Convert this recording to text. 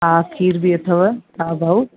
हा खीर बि अथव हा भाऊ